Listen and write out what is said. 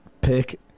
pick